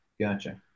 Gotcha